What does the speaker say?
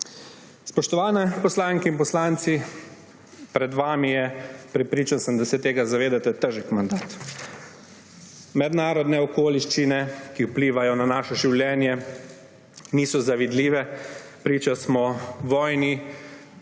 Spoštovane poslanke in poslanci, pred vami je – prepričan sem, da se tega zavedate – težak mandat. Mednarodne okoliščine, ki vplivajo na naše življenje, niso zavidljive. Priča smo vojni.